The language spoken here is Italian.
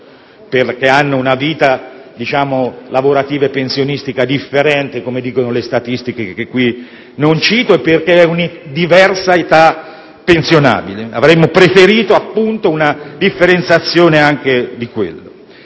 che hanno una vita lavorativa e pensionistica differente, come indicano le statistiche, che qui non cito, e una diversa età pensionabile. Avremmo preferito una differenziazione anche di quel